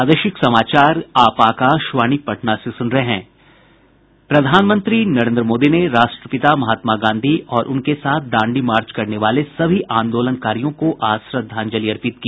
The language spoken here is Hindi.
प्रधानमंत्री नरेन्द्र मोदी ने राष्ट्रपिता महात्मा गांधी और उनके साथ दांडी मार्च करने वाले सभी आंदोलनकारियों को आज श्रद्धांजलि अर्पित की